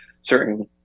certain